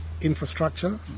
infrastructure